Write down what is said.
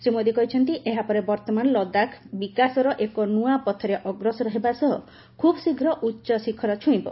ଶ୍ରୀ ମୋଦୀ କହିଛନ୍ତି ଏହାପରେ ବର୍ତ୍ତମାନ ଲଦାଖ ବିକାଶର ଏକ ନୂଆ ପଥରେ ଅଗ୍ରସର ହେବା ସହ ଖୁବ୍ ଶୀଘ୍ର ଉଚ୍ଚଶିଖର ଛୁଇଁବ